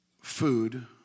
food